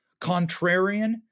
contrarian